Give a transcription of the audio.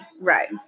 Right